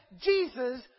Jesus